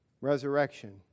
resurrection